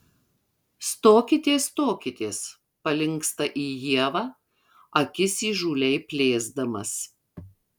stokitės stokitės palinksta į ievą akis įžūliai plėsdamas